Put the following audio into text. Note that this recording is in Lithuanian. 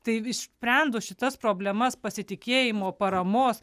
tai išsprendus šitas problemas pasitikėjimo paramos